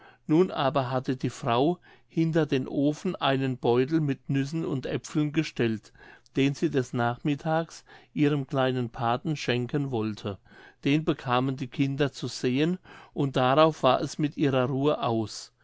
nun aber hatte die frau hinter den ofen einen beutel mit nüssen und aepfeln gestellt den sie des nachmittags ihrem kleinen pathen schenken wollte den bekamen die kinder zu sehen und darauf war es mit ihrer ruhe aus